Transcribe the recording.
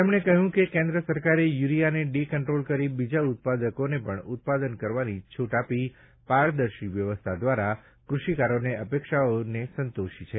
તેમણે કહ્યું કે કેન્દ્ર સરકારે યુરિયાને ડી કંટ્રોલ કરી બીજા ઉત્પાદકોને પણ ઉત્પાદન કરવાની છૂટ આપી પારદર્શિ વ્યવસ્થા દ્વારા ક્રષિકારોની અપેક્ષાઓને સંતોષી છે